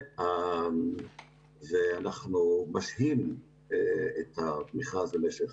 אנחנו משהים את המכרז למשך